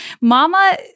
mama